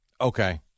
Okay